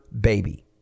baby